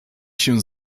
się